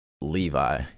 levi